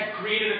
created